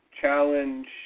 challenge